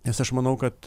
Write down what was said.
nes aš manau kad